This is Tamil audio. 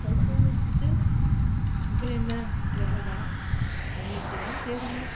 படிப்பை முடிச்சிட்டு அப்புறம் என்ன வேலை தான் வேலைக்கு தான் தேடினோம்